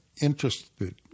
interested